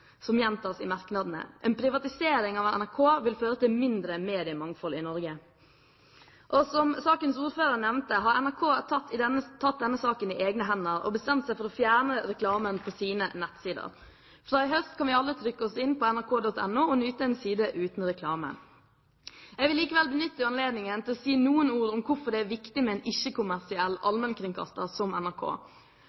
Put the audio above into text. som gjentas i merknadene. En privatisering av NRK vil føre til et mindre mediemangfold i Norge. Som sakens ordfører nevnte, har NRK tatt denne saken i egne hender og bestemt seg for å fjerne reklamen på sine nettsider. Fra i høst kan vi alle trykke oss inn på NRK.no og nyte en side uten reklame. Jeg vil likevel benytte anledningen til å si noen ord om hvorfor det er viktig med en